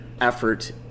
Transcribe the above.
effort